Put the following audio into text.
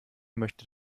möchte